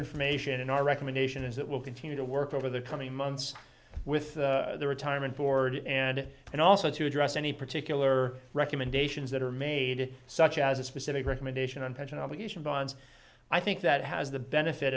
information in our recommendation is that we'll continue to work over the coming months with the retirement board and and also to address any particular recommendations that are made such as a specific recommendation on pension obligation bonds i think that has the benefit